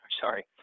Sorry